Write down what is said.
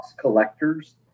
collectors